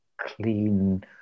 clean